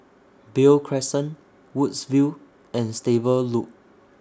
Beo Crescent Woodsville and Stable Loop